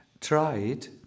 tried